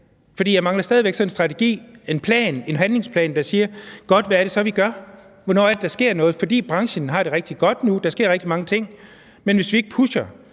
jeg mangler stadig sådan en strategi, en plan, en handlingsplan, der siger, hvad det så er, vi gør. Hvornår er det, der sker noget? Branchen har det rigtig godt nu, og der sker rigtig mange ting, men hvis vi ikke pusher,